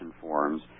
forms